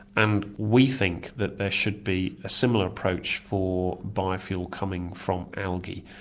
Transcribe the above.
and we think that there should be a similar approach for biofuel coming from algae,